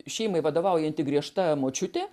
šeimai vadovaujanti griežta močiutė